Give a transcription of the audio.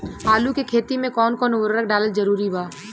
आलू के खेती मे कौन कौन उर्वरक डालल जरूरी बा?